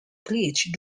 bridge